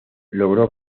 logró